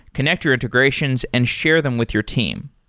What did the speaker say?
connect your integrations and share them with your team.